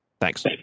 Thanks